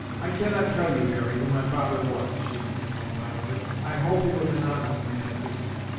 i cannot tell you, harry, who my father was, she answered more mildly i hope he was an honest man, at least.